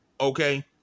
Okay